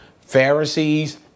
Pharisees